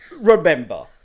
remember